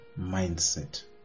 mindset